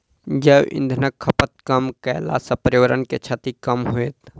जैव इंधनक खपत कम कयला सॅ पर्यावरण के क्षति कम होयत